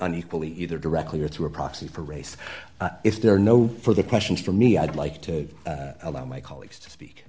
unequally either directly or through a proxy for race if there are no further questions for me i'd like to allow my colleagues to speak